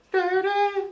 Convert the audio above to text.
Dirty